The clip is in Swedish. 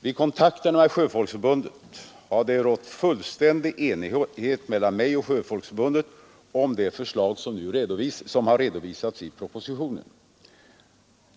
Vid kontakterna med Sjöfolksförbundet har det rått fullständig enighet mellan mig och förbundet om det förslag som har redovisats i propositionen.